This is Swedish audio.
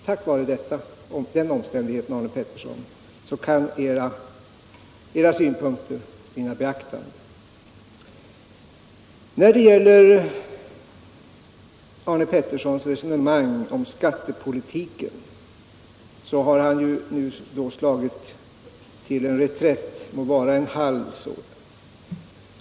Tack vare den omständigheten, Arne Pettersson, kan era synpunkter vinna beaktande. När det gäller Arne Petterssons resonemang om skattepolitiken har han nu slagit till reträtt — må vara en halv sådan.